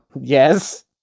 Yes